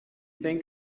think